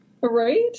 Right